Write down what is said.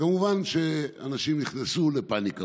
כמובן שאנשים נכנסו לפניקה,